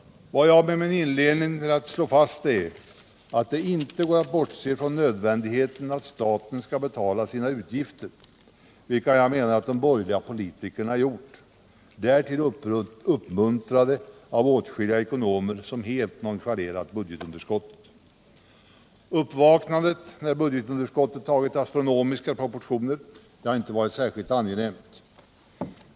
Vad jag med min inledning velat slå fast är att det inte går att bortse från nödvändigheten att staten skall betala sina utgifter, vilket jag menar att de borgerliga partierna gjort, därtill uppmuntrade av åtskilliga ekonomer som helt nonchalerat budgetunderskottet. Uppvaknandet när bud getunderskottet tagit astronomiska proportioner har inte varit särskilt — Nr 41 angenämt.